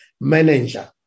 manager